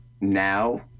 now